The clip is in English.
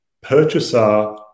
purchaser